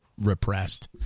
repressed